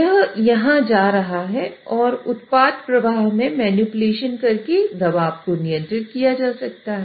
यह यहां जा रहा है और उत्पाद प्रवाह में मैनिपुलेशन करके दबाव को नियंत्रित किया जा सकता है